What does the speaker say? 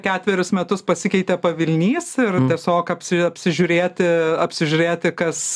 ketverius metus pasikeitė pavilnys ir tiesiog apsi apsižiūrėti apsižiūrėti kas